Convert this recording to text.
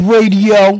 Radio